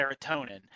Serotonin